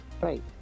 right